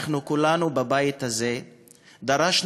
אנחנו כולנו בבית הזה דרשנו,